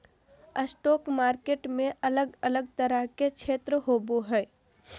stock market में अलग अलग तरह के क्षेत्र होबो हइ